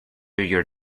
your